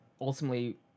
ultimately